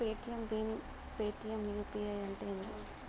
Paytm భీమ్ Paytm UPI అంటే ఏంది?